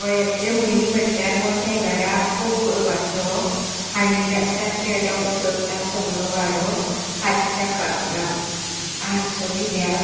गोंयांतल्यो म्हणी म्हणल्यार मोट्या घराक पोकळ वासो हांडीर आसा चेडो सोदता सगळो वाडो हातच्या काकणांक हारसो कित्याक